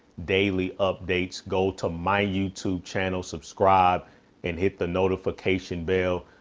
daily updates, go to my youtube channel, subscribe and hit the notification bell.